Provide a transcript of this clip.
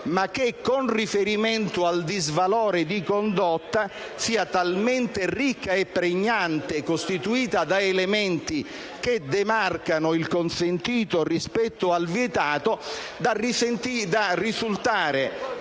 ma che, con riferimento al disvalore di condotta, sia talmente ricca e pregnante e costituita da elementi che demarcano il consentito rispetto al vietato da risultare,